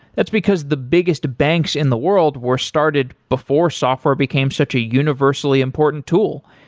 that's because the biggest banks in the world were started before software became such a universally important tool,